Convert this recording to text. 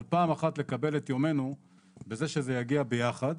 אבל פעם אחת לקבל את יומנו בזה שזה יגיע ביחד.